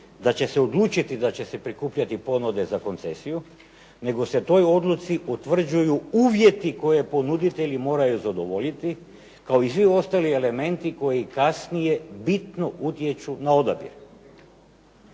da će se odlučiti da će se prikupljati ponude za koncesiju, nego se u toj odluci utvrđuju uvjeti koje ponuditelji moraju zadovoljiti kao i svi ostali elementi koji kasnije bitno utječu na odabir.